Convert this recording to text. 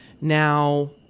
Now